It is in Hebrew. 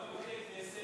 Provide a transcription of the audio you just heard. כמה בתי-כנסת?